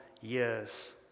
years